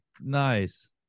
Nice